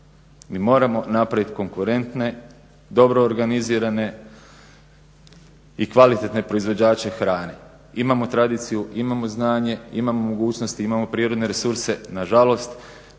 Mi moramo napraviti konkurentne, dobro organizirane i kvalitetne proizvođače hrane. Imamo tradiciju, imamo znanje, imamo mogućnosti, imamo prirodne resurse, nažalost